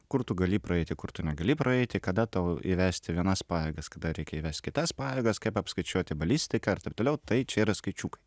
kur tu gali praeiti kur tu negali praeiti kada tau įvesti vienas pajėgas kada reikia įvest kitas pajėgas kaip apskaičiuoti balistiką ir taip toliau tai čia yra skaičiukai